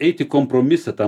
eit į kompromisą tą